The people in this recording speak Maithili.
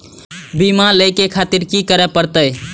बीमा लेके खातिर की करें परतें?